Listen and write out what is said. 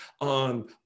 on